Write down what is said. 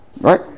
right